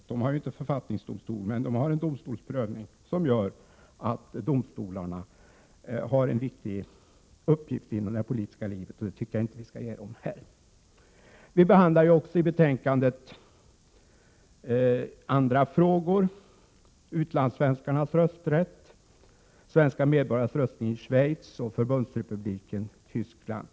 Man har visserligen inte författningsdomstolar där, men en domstolsprövning som innebär att domstolarna har en viktig uppgift i det politiska livet, och en sådan uppgift tycker jag inte att vi skall ge domstolarna i Sverige. Vi behandlar i betänkandet också andra frågor: utlandssvenskarnas rösträtt, svenska medborgares röstning i Schweiz och Förbundsrepubliken Tyskland.